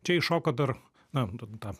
čia iššoka dar na ten ta